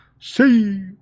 See